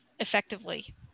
effectively